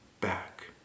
back